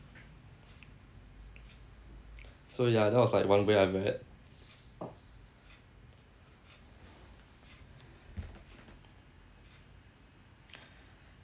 so ya that was like one way I read